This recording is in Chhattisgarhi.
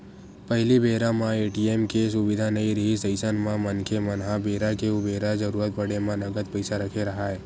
पहिली बेरा म ए.टी.एम के सुबिधा नइ रिहिस अइसन म मनखे मन ह बेरा के उबेरा जरुरत पड़े म नगद पइसा रखे राहय